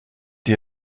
die